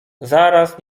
zaraz